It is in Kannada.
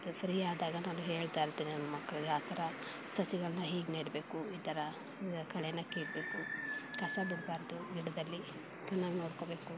ಫ್ರೀ ಆದಾಗ ನಾನು ಹೇಳ್ತಾಯಿರ್ತೀನಿ ನನ್ನ ಮಕ್ಕಳಿಗೆ ಆ ಥರ ಸಸಿಗಳನ್ನು ಹೀಗೆ ನೆಡಬೇಕು ಈ ಥರ ಕಳೆನ ಕೀಳಬೇಕು ಕಸ ಬಿಡಬಾರ್ದು ಗಿಡದಲ್ಲಿ ಚೆನ್ನಾಗಿ ನೋಡ್ಕೊಳ್ಬೇಕು